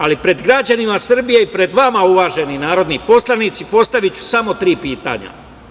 Ali, pred građanima Srbije i pred vama uvaženi narodni poslanici postaviću samo tri pitanja.